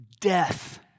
Death